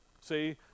See